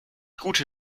gute